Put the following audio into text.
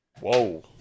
Whoa